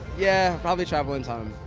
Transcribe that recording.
yeah, probably travel in time.